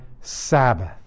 Sabbath